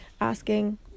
asking